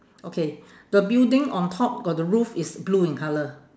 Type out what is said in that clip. okay the building on top got the roof is blue in colour